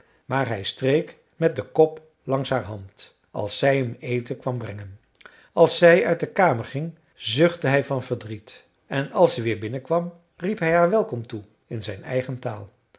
maar hij streek met den kop langs haar hand als zij hem eten kwam brengen als zij uit de kamer ging zuchtte hij van verdriet en als ze weer binnenkwam riep hij haar welkom toe in zijn eigen taal